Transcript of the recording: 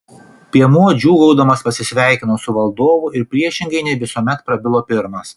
piemuo džiūgaudamas pasisveikino su valdovu ir priešingai nei visuomet prabilo pirmas